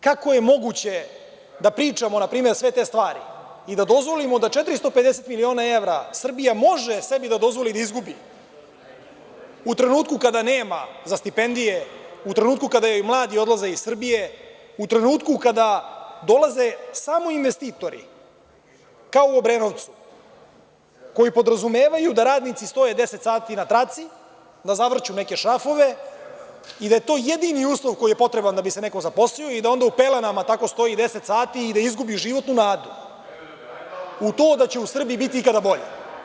Kako je moguće da pričamo npr. sve te stvari i da dozvolimo da 450 miliona evra Srbija može sebi da dozvoli da izgubi u trenutku kada nema za stipendije, u trenutku kada joj mladi odlaze iz Srbije, u trenutku kada dolaze samo investitori, kao u Obrenovcu, koji podrazumevaju da radnici stoje deset sati na traci, da zavrću neke šrafove i da je to jedini uslov koji je potreban da bi se neko zaposlio i da onda u pelenama tako stoji deset sati i da izgubi životnu nadu u to da će u Srbiji biti ikada bolje?